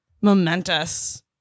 momentous